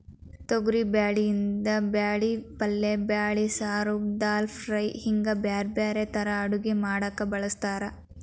ತೊಗರಿಬ್ಯಾಳಿಯಿಂದ ಬ್ಯಾಳಿ ಪಲ್ಲೆ ಬ್ಯಾಳಿ ಸಾರು, ದಾಲ್ ಫ್ರೈ, ಹಿಂಗ್ ಬ್ಯಾರ್ಬ್ಯಾರೇ ತರಾ ಅಡಗಿ ಮಾಡಾಕ ಬಳಸ್ತಾರ